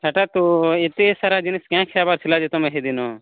ସେଟା ତ ଏତେ ସାରା ଜିନିଷ କାଏ ଖାଇବାର ଥିଲା ଯେ ତମେ ସେଦିନ